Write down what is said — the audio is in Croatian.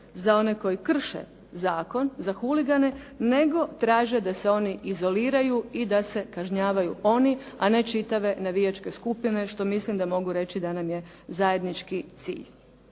za one koji krše zakon, za huligane, nego traže da se oni izoliraju i da se kažnjavaju oni, a ne čitave navijačke skupine što mislim da mogu reći da nam je zajednički cilj.